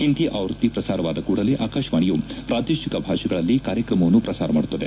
ಹಿಂದಿ ಆವೃತ್ತಿಯ ಪ್ರಸಾರವಾದ ಕೂಡಲೇ ಆಕಾಶವಾಣಿಯು ಪ್ರಾದೇಶಿಕ ಭಾಷೆಗಳಲ್ಲಿ ಕಾರ್ಯಕ್ರಮವನ್ನು ಪ್ರಸಾರ ಮಾಡುತ್ತದೆ